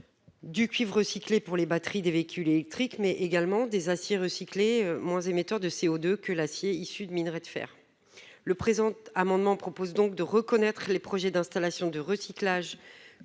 Du cuivre recyclé pour les batteries des véhicules électriques mais également des aciers recyclés moins émetteurs de CO2 que l'acier issus de minerai de fer le présent amendement propose donc de reconnaître les projets d'installations de recyclage